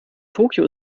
tokio